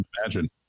imagine